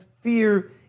fear